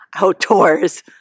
outdoors